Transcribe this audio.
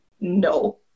no